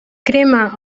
crema